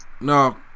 No